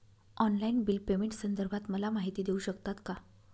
Online bill पेमेंटसंदर्भात मला माहिती देऊ शकतात का?